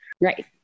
right